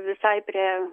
visai prie